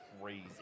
crazy